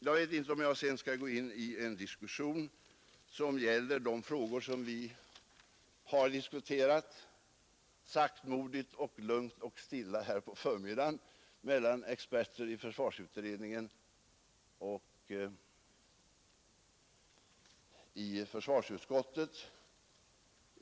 Jag vet inte om jag sedan skall gå in i en diskussion i de frågor som har diskuterats saktmodigt, lugnt och stilla på förmiddagen mellan experter i försvarsutredningen och i försvarsutskottet.